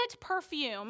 perfume